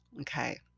Okay